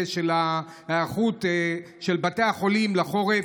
היערכות של בתי החולים לחורף.